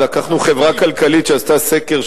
לקחנו חברה כלכלית שעשתה סקר,